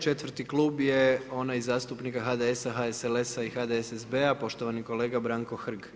4. klub je onaj zastupnika HDS-a, HSLS-a i HDSSB-a, poštovani kolega Branko Hrg.